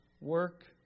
work